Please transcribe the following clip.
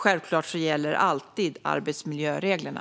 Självklart gäller alltid arbetsmiljöreglerna.